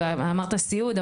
סיעוד,